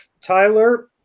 Tyler